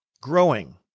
growing